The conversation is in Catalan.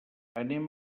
anem